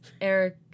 Eric